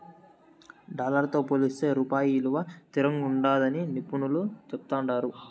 dollar తో పోలిస్తే రూపాయి ఇలువ తిరంగుండాదని నిపునులు చెప్తాండారు